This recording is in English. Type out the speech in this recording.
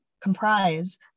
comprise